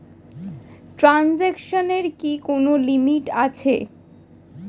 ট্রানজেকশনের কি কোন লিমিট আছে?